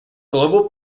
global